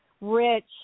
rich